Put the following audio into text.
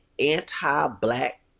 anti-black